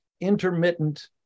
intermittent